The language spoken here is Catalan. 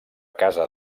casa